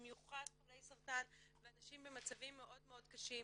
במיוחד חולי סרטן ואנשים במצבים מאוד מאוד קשים.